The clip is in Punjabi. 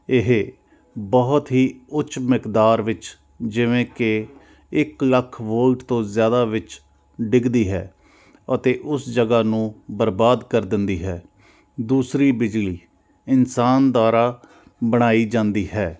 ਇਹ ਬਹੁਤ ਹੀ ਉੱਚ ਮਿਕਦਾਰ ਵਿੱਚ ਜਿਵੇਂ ਕਿ ਇੱਕ ਲੱਖ ਵੋਲਟ ਤੋਂ ਜ਼ਿਆਦਾ ਵਿੱਚ ਡਿੱਗਦੀ ਹੈ ਅਤੇ ਉਸ ਜਗ੍ਹਾ ਨੂੰ ਬਰਬਾਦ ਕਰ ਦਿੰਦੀ ਹੈ ਦੂਸਰੀ ਬਿਜਲੀ ਇਨਸਾਨ ਦੁਆਰਾ ਬਣਾਈ ਜਾਂਦੀ ਹੈ